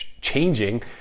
changing